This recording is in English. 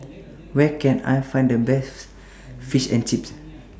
Where Can I Find The Best Fish and Chips